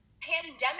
pandemic